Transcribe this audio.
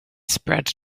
spread